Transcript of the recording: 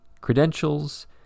credentials